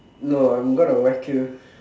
no I'm going to whack you